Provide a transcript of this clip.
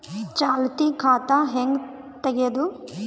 ಚಾಲತಿ ಖಾತಾ ಹೆಂಗ್ ತಗೆಯದು?